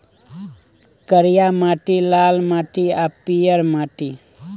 करिया माटि, लाल माटि आ पीयर माटि